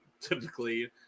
Typically